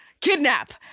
kidnap